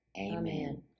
Amen